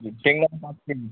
शेंगदाणे पाच के जी